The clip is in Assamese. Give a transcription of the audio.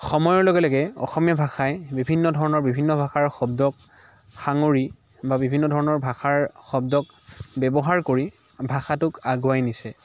সময়ৰ লগে লগে অসমীয়া ভাষাই বিভিন্ন ধৰণৰ বিভিন্ন ভাষাৰ শব্দক সাঙুৰি বা বিভিন্ন ধৰণৰ ভাষাৰ শব্দক ব্যৱহাৰ কৰি ভাষাটোক আগুৱাই নিছে